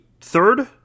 third